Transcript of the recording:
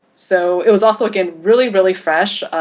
so it was also, again, really, really fresh,